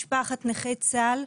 משפחת נכי צה"ל,